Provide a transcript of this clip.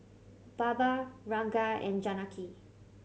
Baba Ranga and Janaki